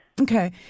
Okay